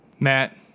Matt